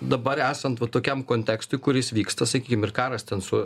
dabar esant va tokiam kontekstui kuris vyksta sakykim ir karas ten su